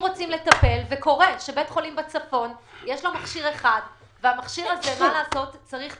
קורה שלבית חולים בצפון יש מכשיר אחד והוא צריך תיקון,